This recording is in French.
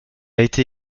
été